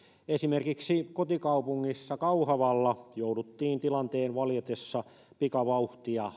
esimerkiksi kotikaupungissa kauhavalla jouduttiin tilanteen valjetessa pikavauhtia